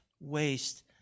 waste